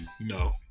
No